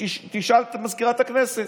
תשאל את מזכירת הכנסת.